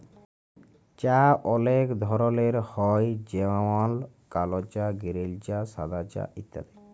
চাঁ অলেক ধরলের হ্যয় যেমল কাল চাঁ গিরিল চাঁ সাদা চাঁ ইত্যাদি